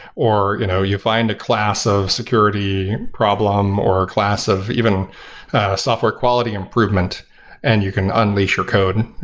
or you know you find a class of security problem or class of even software quality improvement and you can unleash your code,